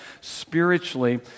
spiritually